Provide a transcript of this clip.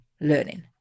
learning